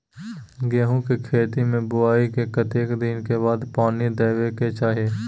गेहूँ के खेती मे बुआई के कतेक दिन के बाद पानी देबै के चाही?